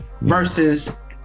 versus